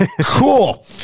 cool